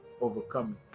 Overcoming